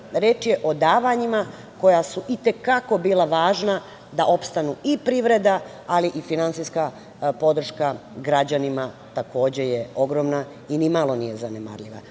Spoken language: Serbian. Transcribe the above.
je reč o davanjima koja su i te kako bila važna da opstanu i privreda, ali i finansijska podrška građanima je ogromna i nimalo nije zanemarljiva.